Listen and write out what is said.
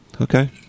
Okay